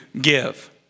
give